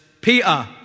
Peter